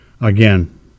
Again